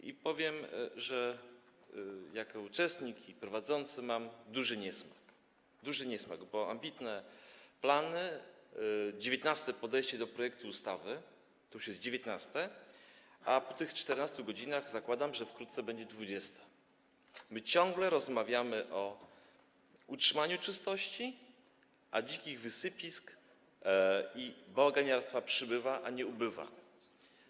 I powiem, że jako uczestnik i prowadzący mam duży niesmak, duży niesmak, bo ambitne plany, 19. podejście do projektu ustawy, to już jest 19., a po tych 14 godzinach zakładam, że wkrótce będzie 20, my ciągle rozmawiamy o utrzymaniu czystości, a dzikich wysypisk i bałaganiarstwa przybywa, a nie ubywa.